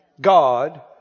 God